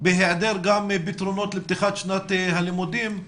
בהיעדר פתרונות לפתיחת שנת הלימודים.